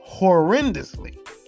horrendously